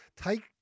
take